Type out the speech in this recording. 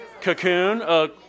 Cocoon